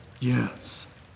yes